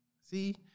See